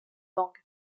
bang